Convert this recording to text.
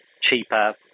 cheaper